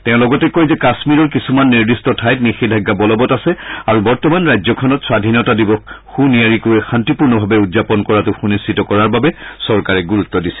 তেওঁ লগতে কয় যে কাশ্মীৰৰ কিছুমান নিৰ্দিষ্ট ঠাইত নিষেধাজ্ঞা বলবৎ আছে আৰু বৰ্তমান ৰাজ্যখনত স্বধীনতা দিৱস সুনিয়াৰিকৈ শান্তিপূৰ্ণভাৱে উদযাপন কৰাটো সুনিশ্চিত কৰাৰ বাবে চৰকাৰে গুৰুত্ব দিছে